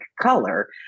color